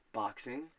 boxing